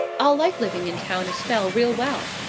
i'll like living in town a spell real well.